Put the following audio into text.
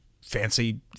fancy